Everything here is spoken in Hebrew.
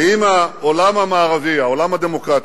ואם העולם המערבי, העולם הדמוקרטי,